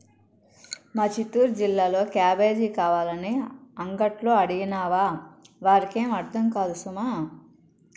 మా చిత్తూరు జిల్లాలో క్యాబేజీ కావాలని అంగట్లో అడిగినావా వారికేం అర్థం కాదు సుమా